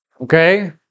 okay